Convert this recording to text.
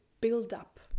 build-up